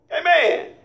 Amen